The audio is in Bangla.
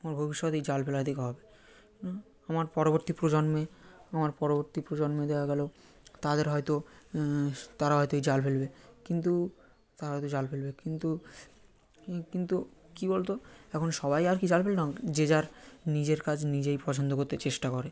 আমার ভবিষ্যত এই জাল ফেলা দেখে হবে আমার পরবর্তী প্রজন্মে আমার পরবর্তী প্রজন্মে দেখা গেল তাদের হয়তো তারা হয়তো এই জাল ফেলবে কিন্তু তারা হয়তো জাল ফেলবে কিন্তু কি কিন্তু কি বলো তো এখন সবাই আর কি জাল ফেললাম যে যার নিজের কাজ নিজেই পছন্দ করতে চেষ্টা করে